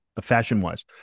fashion-wise